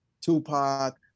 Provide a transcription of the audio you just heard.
tupac